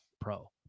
pro